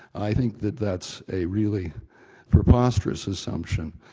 i think that that's a really preposterous assumption.